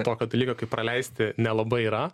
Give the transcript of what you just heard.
tokio dalyko kaip praleisti nelabai yra